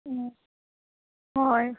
हय